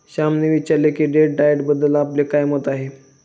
श्यामने विचारले की डेट डाएटबद्दल आपले काय मत आहे?